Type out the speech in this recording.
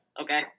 Okay